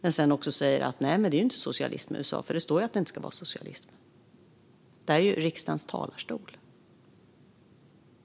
Men sedan säger han: Det är inte socialism i USA, för det står att det inte ska vara socialism. Detta är riksdagens talarstol.